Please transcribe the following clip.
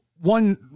one